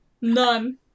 None